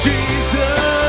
Jesus